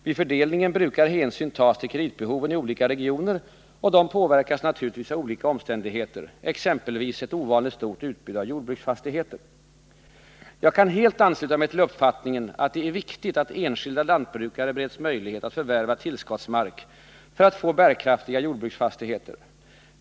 Vid fördelningen brukar hänsyn tas till kreditbehoven i olika regioner, och de påverkas naturligtvis av olika omständigheter, exempelvis ett ovanligt stort utbud av jordbruksfastigheter. Jag kan helt ansluta mig till uppfattningen att det är viktigt att enskilda lantbrukare bereds möjlighet att förvärva tillskottsmark för att få bärkraftiga jordbruksfastigheter.